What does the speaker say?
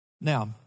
Now